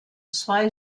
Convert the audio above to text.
zwei